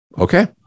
Okay